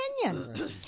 opinion